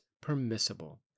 permissible